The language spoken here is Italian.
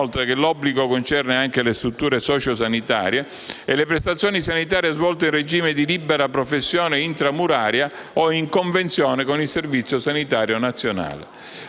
inoltre, che l'obbligo concerne anche le strutture sociosanitarie e le prestazioni sanitarie svolte in regime di libera professione intramuraria o in convenzione con il Servizio sanitario nazionale.